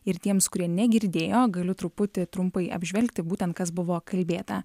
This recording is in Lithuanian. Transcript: ir tiems kurie negirdėjo galiu truputį trumpai apžvelgti būtent kas buvo kalbėta